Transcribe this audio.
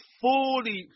fully